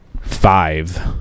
five